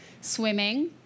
swimming